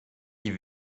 die